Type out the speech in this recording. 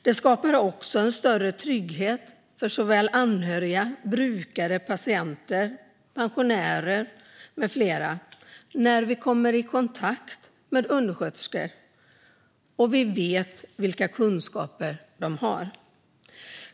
Det skapar större trygghet för såväl anhöriga som brukare, patienter, pensionärer med flera som kommer i kontakt med undersköterskor att veta vilka kunskaper de har.